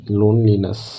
loneliness